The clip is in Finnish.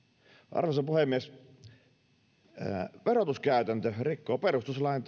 arvoisa puhemies verotuskäytäntö rikkoo perustuslain